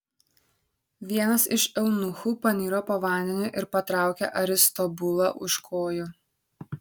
vienas iš eunuchų paniro po vandeniu ir patraukė aristobulą už kojų